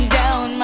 down